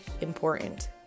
important